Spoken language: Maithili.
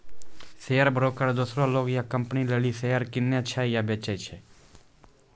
शेयर ब्रोकर दोसरो लोग या कंपनी लेली शेयर किनै छै या बेचै छै